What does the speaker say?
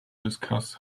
discuss